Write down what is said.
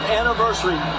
anniversary